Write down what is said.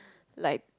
like